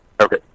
Okay